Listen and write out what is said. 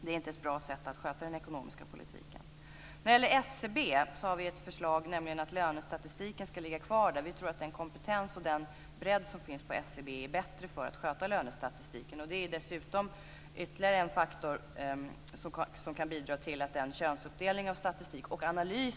Det är inte ett bra sätt att sköta den ekonomiska politiken. Vad gäller SCB har vi ett förslag, nämligen att lönestatistiken ska ligga kvar där. Vi tror att den kompetens och den bredd som finns på SCB är bättre när det gäller att sköta lönestatistiken. Det är dessutom ytterligare en faktor som kan bidra till att könsuppdelningen av statistiken fungerar bättre.